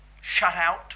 shut-out